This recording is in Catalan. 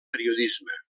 periodisme